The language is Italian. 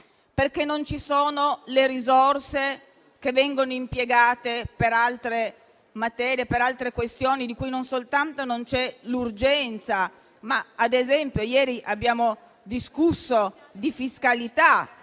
Non ci sono le risorse, che vengono impiegate per altre materie e per altre questioni di cui non c'è urgenza? Ad esempio, ieri abbiamo discusso di fiscalità